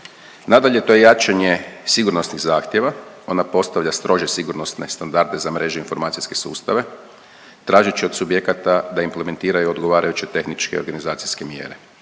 Nadalje, to je jačanje sigurnosnih zahtjeva, ona postavlja strože sigurnosne standarde za mreže informacijske sustave, tražeći od subjekata da implementiraju odgovarajuće tehničke i organizacijske mjere.